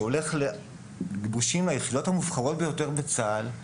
שהולך לגיבושים ליחידות המובחרות ביותר בצה"ל.